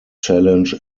challenge